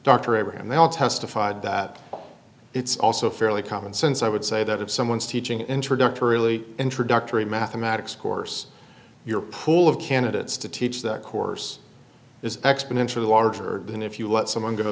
abraham they all testified that it's also fairly common sense i would say that if someone's teaching introductory early introductory mathematics course your pool of candidates to teach that course is exponentially larger than if you let someone go